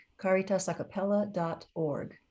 Caritasacapella.org